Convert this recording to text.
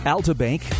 Altabank